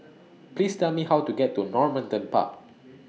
Please Tell Me How to get to Normanton Park